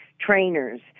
trainers